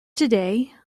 today